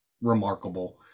remarkable